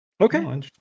Okay